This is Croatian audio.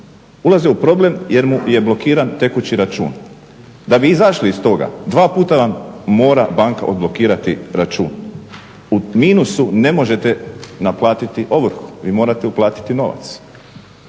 ulaze u problem jer mu je blokiran tekući račun. Da bi izašli iz toga dva puta vam mora banka odblokirati račun, u minusu ne možete naplatiti ovrhu, vi morate uplatiti novac